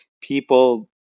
People